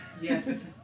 Yes